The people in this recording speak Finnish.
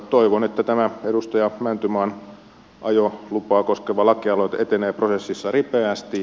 toivon että tämä edustaja mäntymaan ajolupaa koskeva lakialoite etenee prosessissa ripeästi